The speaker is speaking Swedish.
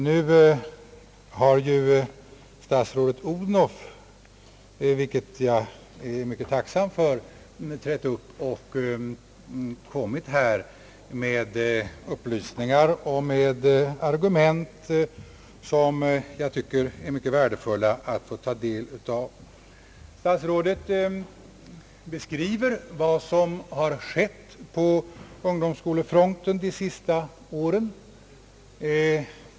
Nu har statsrådet Odhnoff — vilket jag är mycket tacksam för — här trätt upp och kommit med upplysningar och argument, som det är mycket värdefullt att få ta del av. Statsrådet beskriver vad som har skett på ungdomsvårdsskolefronten under de senaste åren.